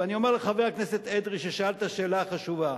ואני אומר לחבר הכנסת אדרי, ששאל את השאלה החשובה: